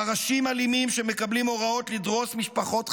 פרשים אלימים שמקבלים הוראות לדרוס משפחות חטופים,